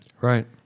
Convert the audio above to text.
Right